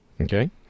Okay